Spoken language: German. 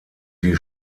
die